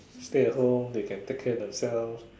stay at home they can take care themselves